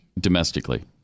domestically